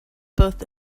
both